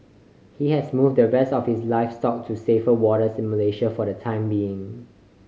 he has moved the rest of his livestock to safer waters in Malaysia for the time being